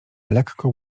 lekko